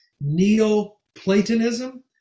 Neoplatonism